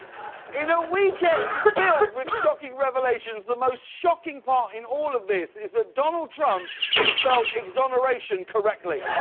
in a weekend filled with shocking revelations, the most shocking part in all of this is that donald trump so felt exoneration correctly.